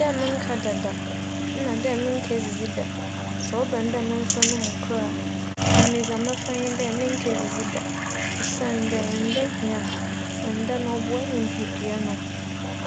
Dɛ mennkɛda da, nna mennkedzidzi da, sɛ ͻba no dɛ memfa no mu kor a, emi dza mebɛfa nye dɛ mennkedzidzi da osiandɛ nda hia me. Nda boa nyimpadua no,